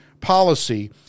policy